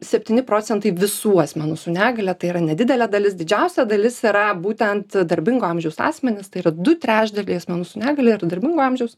septyni procentai visų asmenų su negalia tai yra nedidelė dalis didžiausia dalis yra būtent darbingo amžiaus asmenys tai yra du trečdaliai asmenų su negalia ir darbingo amžiaus